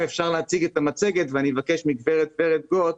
אפשר להציג את המצגת ואני אבקש מד"ר ורד גוט ,